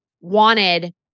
wanted